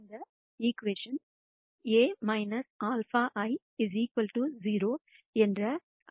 இந்த equation A λ I 0 என்று அடைய வேண்டும்